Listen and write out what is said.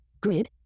grid